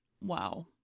wow